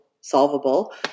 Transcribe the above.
solvable